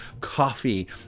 coffee